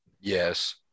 Yes